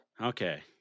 Okay